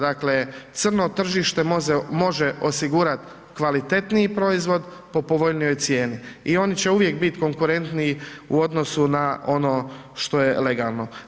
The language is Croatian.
Dakle, crno tržište može osigurati kvalitetniji proizvod po povoljnijoj cijeni i oni će uvijek biti konkurentniji u odnosu na ono što je legalno.